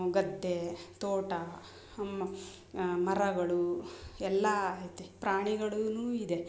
ಗದ್ದೆ ತೋಟ ಮರಗಳು ಎಲ್ಲಾ ಐತೆ ಪ್ರಾಣಿಗಳು ಇದೆ